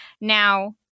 Now